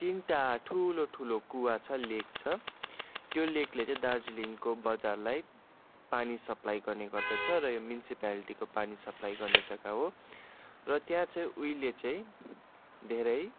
तिनटा ठुलो ठुलो कुवा छ लेक छ त्यो लेकले चाहिँ दार्जिलिङको बजारलाई पानी सप्लाई गर्ने गर्दछ र यो म्युनिसिप्यालिटीको पानी सप्लाई गर्ने जग्गा हो र त्याँ चाहिँ उहिले चाहिँ धेरै